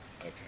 Okay